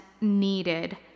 needed